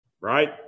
right